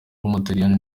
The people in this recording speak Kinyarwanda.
w’umutaliyani